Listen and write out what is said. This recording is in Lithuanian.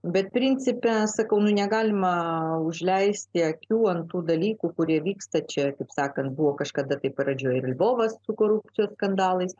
bet principe sakau negalima užleisti akių ant tų dalykų kurie vyksta čia kaip sakant buvo kažkada kai pradžioj korupcijos skandalais